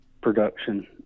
production